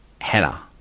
Hannah